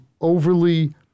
overly